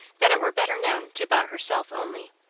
then it were better known to but herself only.